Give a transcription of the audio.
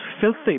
filthy